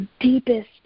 deepest